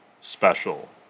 special